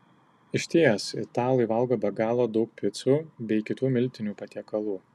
išties italai valgo be galo daug picų bei kitų miltinių patiekalų